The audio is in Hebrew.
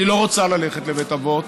היא לא רוצה ללכת לבית אבות,